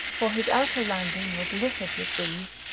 for his outer landing was littered with these.